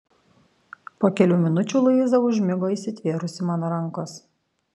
po kelių minučių luiza užmigo įsitvėrusi mano rankos